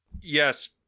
Yes